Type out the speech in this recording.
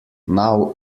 now